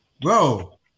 Bro